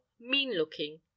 mean-looking